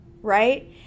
right